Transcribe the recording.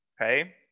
okay